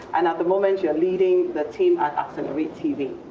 and at the moment you are leading the team at accelerate tv.